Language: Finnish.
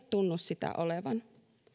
tunnu sitä olevan